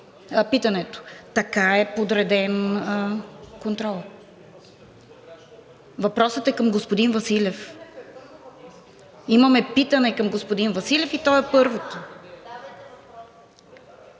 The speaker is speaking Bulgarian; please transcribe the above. ГЕРБ-СДС.) Така е подреден контролът. Въпросът е към господин Василев. Имаме питане към господин Василев и то е първото.